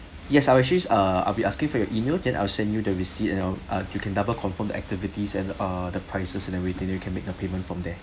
yes I actually err I'll be asking for your email then I'll send you the receipt and you uh you can double confirm the activities and uh the prices and everything then you can make the payment from there